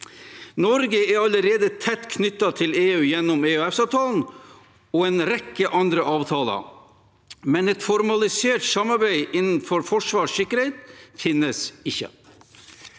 Norge er allerede tett knyttet til EU gjennom EØSavtalen og en rekke andre avtaler, men et formalisert samarbeid innenfor forsvar og sikkerhet finnes ikke.